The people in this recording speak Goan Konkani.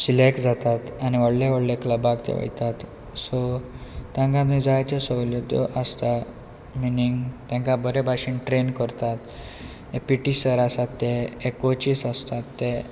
सिलेक्ट जातात आनी व्हडल्या व्हडल्या क्लबाक ते वयतात सो तांकां जायत्यो सवलत्यो आसता मिनींग तांकां बरे भाशेन ट्रेन करतात पी टी सर आसात ते हे कोचीस आसतात ते